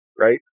right